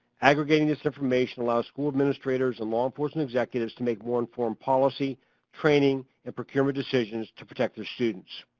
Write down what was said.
aggregating this information allows school administrators and law enforcement executives to make more informed policy training, and procurement decisions to protect their students.